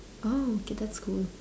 oh okay that's cool